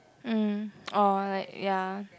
mm or like ya